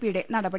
പിയുടെ നടപടി